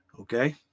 Okay